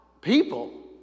people